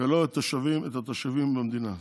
ולא את התושבים במדינה.